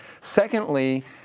Secondly